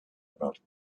about